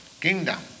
kingdom